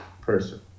person